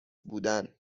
بودن